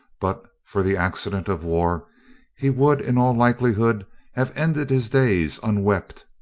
but for the accident of war he would in all likelihood have ended his days unwept,